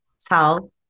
tell